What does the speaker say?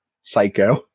Psycho